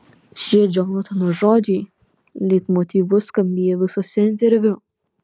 šie džonatano žodžiai leitmotyvu skambėjo visuose interviu